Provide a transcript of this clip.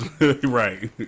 Right